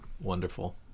Wonderful